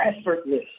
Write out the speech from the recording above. effortless